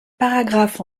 paragraphe